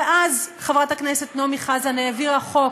ואז חברת הכנסת נעמי חזן העבירה חוק,